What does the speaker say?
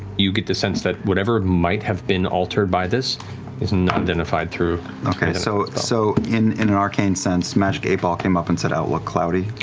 you get the sense that whatever might have been altered by this is not identified through liam okay, so so in an an arcane sense, magic eight ball came up and said outlook cloudy?